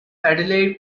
adelaide